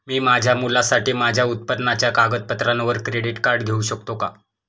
मी माझ्या मुलासाठी माझ्या उत्पन्नाच्या कागदपत्रांवर क्रेडिट कार्ड घेऊ शकतो का?